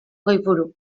goiburu